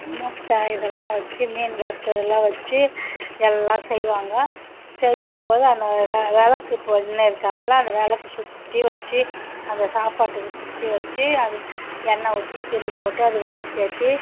முட்டை இதெல்லாம் வச்சு மீன் வறுத்ததெல்லாம் வச்சு எல்லாம் செய்வாங்க செய்யும்போது அந்த விளக்கு பண்ணிருக்காங்கல்ல அந்த விளக்க சுற்றி வச்சு அந்த சாப்பாட்டுக்கு சுற்றி வச்சு அது எண்ணெய் ஊற்றி திரி போட்டு அது விளக்கேத்தி